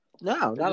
No